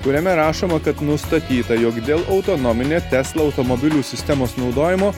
kuriame rašoma kad nustatyta jog dėl autonominė tesla automobilių sistemos naudojimo